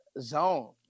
zone